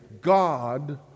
God